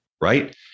right